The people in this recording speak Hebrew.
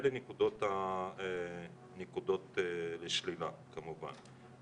אלה הנקודות לשלילה כמובן.